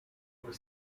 core